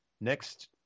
Next